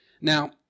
Now